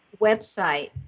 website